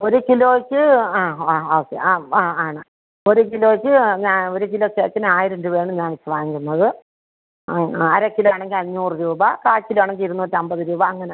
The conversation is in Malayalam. ഒരു കിലോയ്ക്ക് ആ ആ ഓക്കെ ആ ആ ആണ് ഒരു കിലോയ്ക്ക് ഞാൻ ഒരു കിലോ കേക്കിന് ആയിരം രൂപയാണ് ഞാൻ ഇപ്പം വാങ്ങുന്നത് ആ അര കിലോ ആണെങ്കിൽ അഞ്ഞൂറ് രൂപ കാൽ കിലോ ആണെങ്കിൽ ഇരുനൂറ്റമ്പത് രൂപ അങ്ങനെ